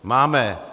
Máme.